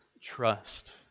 trust